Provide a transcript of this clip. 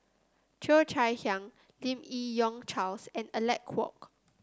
Cheo Chai Hiang Lim Yi Yong Charles and Alec Kuok